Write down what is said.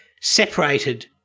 separated